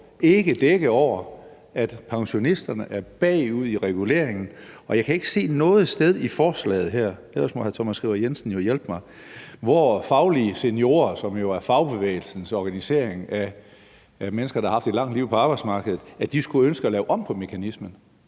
ikke dække over, at pensionisterne er bagud i reguleringen, og jeg kan ikke se noget sted i forslaget her – ellers må hr. Thomas Skriver Jensen hjælpe mig – hvor Faglige Seniorer, som jo er fagbevægelsens organisering af mennesker, der har haft et langt liv på arbejdsmarkedet, skulle ønske at lave om på mekanismen.